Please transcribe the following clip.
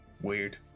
Weird